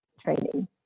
training